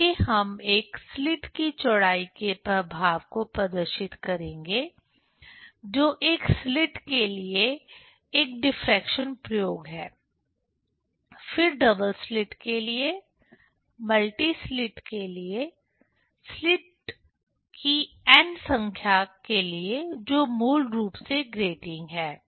आगे हम एक स्लिट् की चौड़ाई के प्रभाव को प्रदर्शित करेंगे जो एक स्लिट् के लिए एक डिफ्रेक्शन प्रयोग है फिर डबल स्लिट् के लिए मल्टी स्लिट्स multi slits के लिए स्लिट्स की n संख्या के लिए जो मूल रूप से ग्रेटिंग है